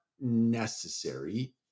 necessary